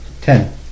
Ten